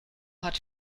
hat